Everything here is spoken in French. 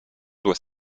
doit